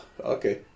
Okay